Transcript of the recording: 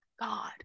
God